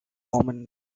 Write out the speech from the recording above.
omens